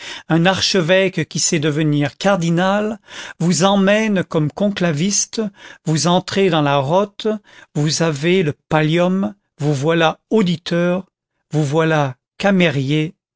un archevêque qui sait devenir cardinal vous emmène comme conclaviste vous entrez dans la rote vous avez le pallium vous voilà auditeur vous voilà camérier